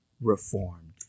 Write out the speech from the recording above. reformed